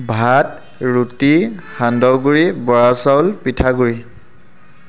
ভাত ৰুটি সান্দহগুড়ি বৰা চাউল পিঠাগুড়ি